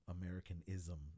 Americanism